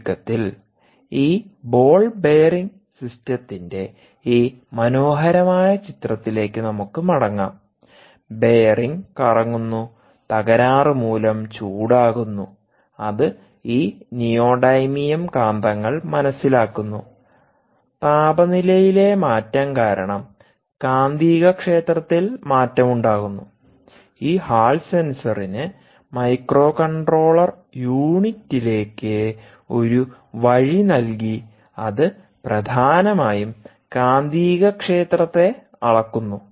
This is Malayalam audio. ചുരുക്കത്തിൽ ഈ ബോൾ ബെയറിംഗ് സിസ്റ്റത്തിന്റെ ഈ മനോഹരമായ ചിത്രത്തിലേക്ക് നമുക്ക് മടങ്ങാം ബെയറിംഗ് കറങ്ങുന്നു തകരാറുമൂലം ചൂടാകുന്നു അത്ഈ നിയോഡൈമിയം കാന്തങ്ങൾ മനസ്സിലാക്കുന്നു താപനിലയിലെ മാറ്റം കാരണം കാന്തികക്ഷേത്രത്തിൽ മാറ്റം ഉണ്ടാകുന്നു ഈ ഹാൾ സെൻസറിന് മൈക്രോകൺട്രോളർ യൂണിറ്റിലേക്ക് ഒരു വഴി നൽകി അത് പ്രധാനമായും കാന്തികക്ഷേത്രത്തെ അളക്കുന്നു